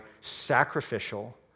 sacrificial